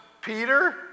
Peter